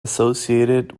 associated